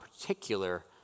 particular